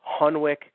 Hunwick